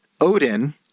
Odin